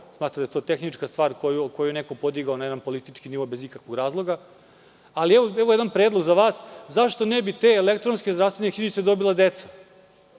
stvar, tehnička stvar koju je neko podigao na jedan politički nivo bez ikakvog razloga. Evo jednog predloga za vas. Zašto ne bi te elektronske zdravstvene knjižice dobila deca,